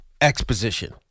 exposition